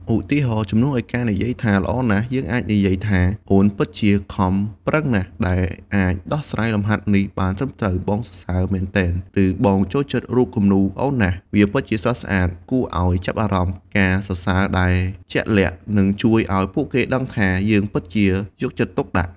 ឧទាហរណ៍ ជំនួសឲ្យការនិយាយថា ល្អណាស់ យើងអាចនិយាយថា អូនពិតជាខំប្រឹងណាស់ដែលអាចដោះស្រាយលំហាត់នេះបានត្រឹមត្រូវ បងសរសើរមែនទែន! ឬ បងចូលចិត្តរូបគំនូរអូនណាស់ វាពិតជាស្រស់ស្អាតគួរឲ្យចាប់អារម្មណ៍! ការសរសើរដែលជាក់លាក់នឹងជួយឲ្យពួកគេដឹងថាយើងពិតជាយកចិត្តទុកដាក់។